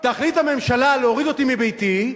תחליט הממשלה להוריד אותי מביתי,